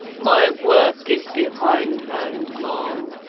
my work is behindhand, ma'am,